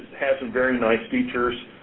has some very nice features.